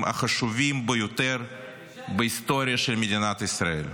החשובים ביותר בהיסטוריה של מדינת ישראל,